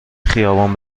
خیابان